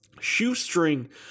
shoestring